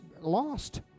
lost